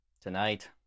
Tonight